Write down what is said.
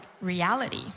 reality